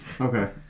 okay